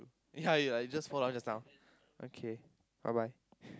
ya ya I just fall down just now okay bye bye